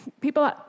people